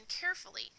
carefully